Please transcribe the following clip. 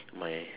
my